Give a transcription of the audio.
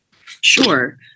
Sure